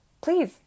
please